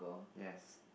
yes